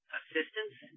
assistance